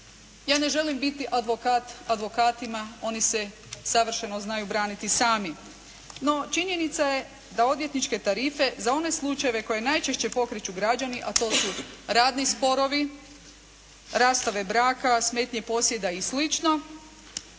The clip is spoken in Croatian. Ja ne želim biti advokat advokatima. Oni se savršeno znaju braniti sami. No, činjenica je da odvjetničke tarife za one slučajeve koje najčešće pokreću građani, a to su radni sporovi, rastave braka, smetnje posjeda i